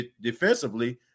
defensively